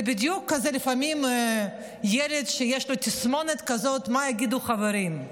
זה בדיוק כמו ילד שיש לו תסמונת כזאת "מה יגידו החברים".